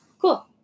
Cool